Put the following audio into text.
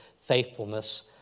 faithfulness